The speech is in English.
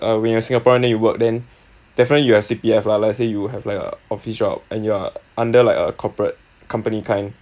uh when you are singaporean then you work then definitely you have C_P_F lah let's say you have like a office job and you're under like a corporate company kind